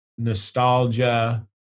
Nostalgia